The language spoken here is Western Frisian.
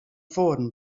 foaren